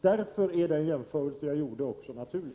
Därför är den jämförelse jag gjorde också naturlig.